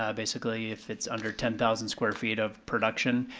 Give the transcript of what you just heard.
ah basically, if it's under ten thousand square feet of production,